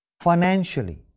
Financially